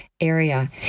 area